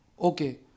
Okay